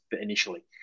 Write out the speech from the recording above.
initially